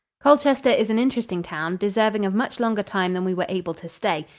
colchester is an interesting town, deserving of much longer time than we were able to stay.